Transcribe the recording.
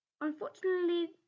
Unfortunately